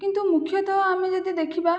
କିନ୍ତୁ ମୁଖ୍ୟତଃ ଆମେ ଯଦି ଦେଖିବା